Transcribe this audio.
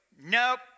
nope